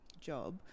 job